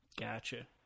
gotcha